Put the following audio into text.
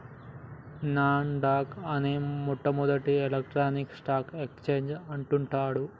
నాస్ dock అనేది మొట్టమొదటి electronic stock exchange అంటుండ్రు